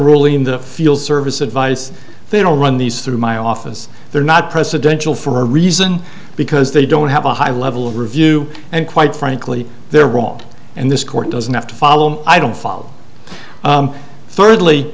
ruling in the field service advice they will run these through my office they're not presidential for a reason because they don't have a high level of review and quite frankly they're wrong and this court doesn't have to follow i don't follow